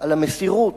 על המסירות,